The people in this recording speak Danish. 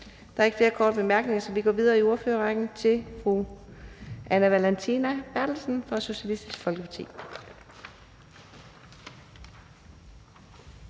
Der er ikke flere korte bemærkninger, så vi går videre i ordførerrækken til fru Anne Valentina Berthelsen fra Socialistisk Folkeparti.